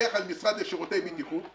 לפקח על משרד לשירותי בטיחות.